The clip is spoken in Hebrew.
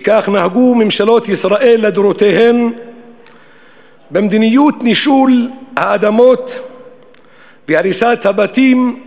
וכך נהגו ממשלות ישראל לדורותיהן במדיניות נישול האדמות והריסת הבתים,